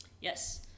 Yes